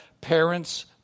Parents